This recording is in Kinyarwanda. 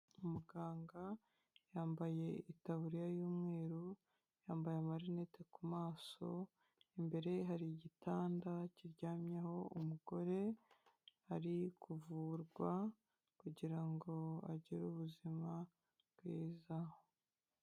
Umuganga yambaye itaburiya y'umweru, yambaye amarinete ku maso, imbere ye hari igitanda kiryamyeho umugore ari kuvurwa, kugira ngo agire ubuzima bwiza.